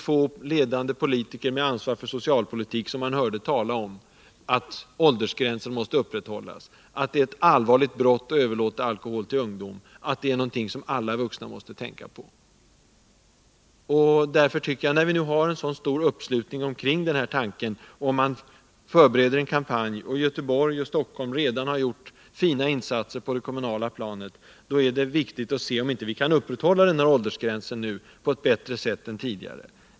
Få politiker med ansvar för de sociala frågorna hördes tala om att åldersgränsen måste upprätthållas, att det är ett allvarligt brott att överlåta alkohol till ungdom och att detta är någonting som alla vuxna måste tänka på. Men mot bakgrund av att vi nu har en sådan stor uppslutning kring tanken på en kampanj i den här frågan, och med tanke på att man t.ex. i Göteborg och Stockholm redan har gjort fina insatser på det kommunala planet, kanske man vågar hoppas att vi med fortsatta gemensamma insatser kan medverka till att åldersgränsen upprätthålls på ett bättre sätt än tidigare.